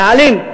רעלים.